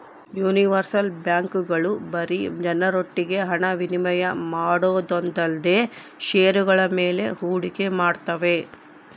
universal ಬ್ಯಾಂಕ್ಗಳು ಬರೀ ಜನರೊಟ್ಟಿಗೆ ಹಣ ವಿನಿಮಯ ಮಾಡೋದೊಂದೇಲ್ದೆ ಷೇರುಗಳ ಮೇಲೆ ಹೂಡಿಕೆ ಮಾಡ್ತಾವೆ